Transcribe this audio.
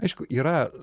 aišku yra